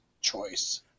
choice